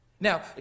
Now